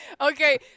Okay